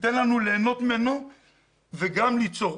נוכל ליהנות מהם וגם ליצור.